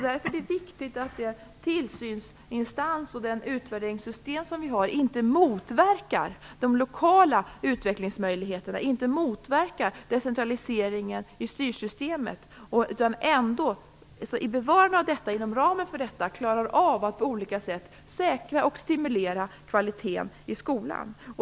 Därför är det viktigt att den tillsynsinstans och det utvärderingssystem som vi har inte motverkar de lokala utvecklingsmöjligheterna, inte motverkar decentraliseringen i styrsystemet. Det handlar om att i bevarande av detta, inom ramen för detta, på olika sätt säkra och stimulera kvaliteten i skolan.